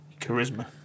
Charisma